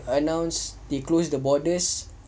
announce they close the borders